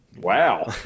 wow